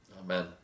Amen